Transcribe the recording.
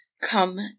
come